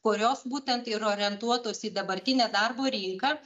kurios būtent ir orientuotos į dabartinę darbo rinką